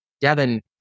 Devin